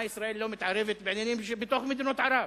מה, ישראל לא מתערבת בעניינים שבתוך מדינות ערב?